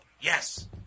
Yes